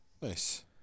Nice